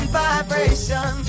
vibration